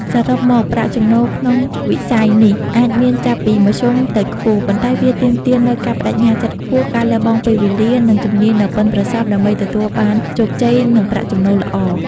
សរុបមក ប្រាក់ចំណូលក្នុងវិស័យនេះអាចមានចាប់ពី មធ្យមទៅខ្ពស់ ប៉ុន្តែវាទាមទារនូវ ការប្តេជ្ញាចិត្តខ្ពស់ ការលះបង់ពេលវេលា និង ជំនាញដ៏ប៉ិនប្រសប់ ដើម្បីទទួលបានជោគជ័យ និងប្រាក់ចំណូលល្អ។